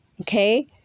okay